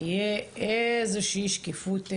תהיה איזושהי שקיפות מסוימת,